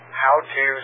how-to